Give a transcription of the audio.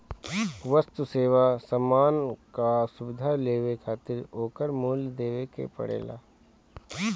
वस्तु, सेवा, सामान कअ सुविधा लेवे खातिर ओकर मूल्य देवे के पड़ेला